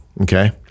okay